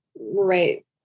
right